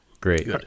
Great